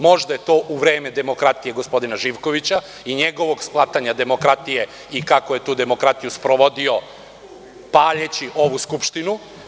Možda je to u vreme demokratije gospodina Živkovića i njegovog shvatanja demokratije i kako je to demokratiju sprovodio paleći ovu Skupštinu.